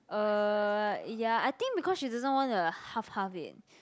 uh ya I think because she doesn't want to half half it